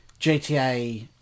GTA